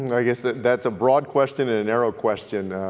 i guess that's a broad question and a narrow question.